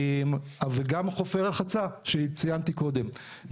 וגם חופי רחצה שציינתי קודם,